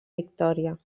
victòria